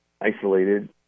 isolated